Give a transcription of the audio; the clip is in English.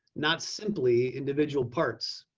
not simply individual parts.